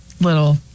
little